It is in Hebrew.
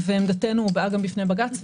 עמדתנו הובאה גם בפני בג"ץ.